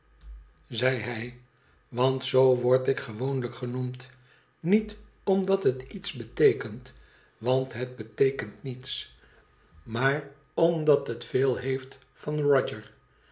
want zoo word ik gewoonlijk genoemd niet omdat het iets beteekent want het beteekent niets maar omdat het veel heeft van roger